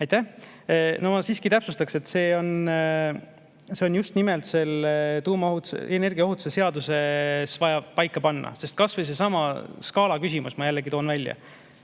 Aitäh! Ma siiski täpsustaks, et see on just nimelt selles tuumaenergia ohutuse seaduses vaja paika panna, kas või seesama skaala küsimus. Ma jällegi toon välja,